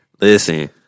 Listen